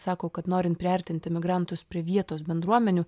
sako kad norint priartinti migrantus prie vietos bendruomenių